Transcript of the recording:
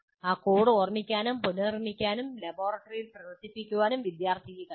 ആ കോഡ് ഓർമ്മിക്കാനും പുനർനിർമ്മിക്കാനും ലബോറട്ടറിയിൽ പ്രവർത്തിപ്പിക്കാനും വിദ്യാർത്ഥിക്ക് കഴിയണം